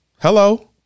Hello